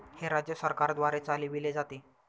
हे राज्य सरकारद्वारे चालविले जाते